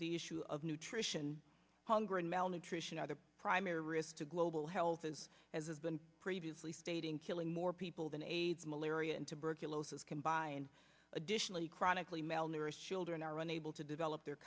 the issue of nutrition hunger and malnutrition are the primary risks to global health is as has been previously fading killing more people than aids malaria and tuberculosis combined additionally chronically malnourished children are unable to develop their